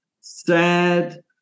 sad